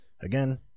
Again